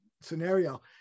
scenario